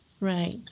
Right